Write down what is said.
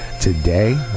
Today